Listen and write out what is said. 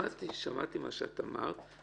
שמעתי מה שאמרת,